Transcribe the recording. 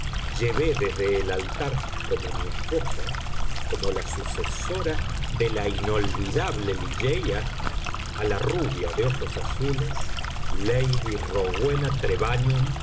llevé desde el altar como mi esposa como la sucesora de la inolvidable ligeia a la rubia de ojos azules lady rowena trevanion de